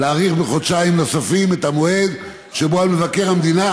להאריך בחודשיים נוספים את המועד שבו על מבקר המדינה